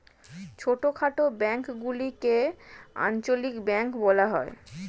ছোটখাটো ব্যাঙ্কগুলিকে আঞ্চলিক ব্যাঙ্ক বলা হয়